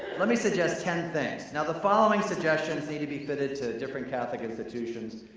let me suggest ten things. now the following suggestions need to be fitted to different catholic institutions.